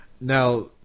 Now